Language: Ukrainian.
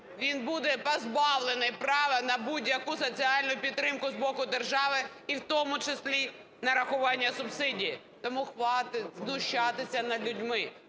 він буде позбавлений права на будь-яку соціальну підтримку з боку держави, і в тому числі нарахування субсидій. Тому хватить знущатися над людьми.